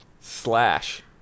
Slash